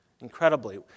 incredibly